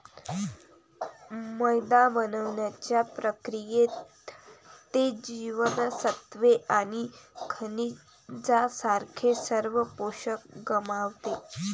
मैदा बनवण्याच्या प्रक्रियेत, ते जीवनसत्त्वे आणि खनिजांसारखे सर्व पोषक गमावते